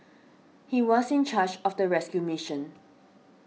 he was in charge of the rescue mission